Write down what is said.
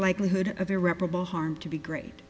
likelihood of irreparable harm to be great